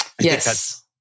Yes